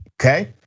Okay